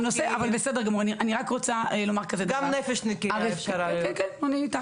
גם נפש נקייה אפשר --- אני רק רוצה